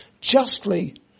justly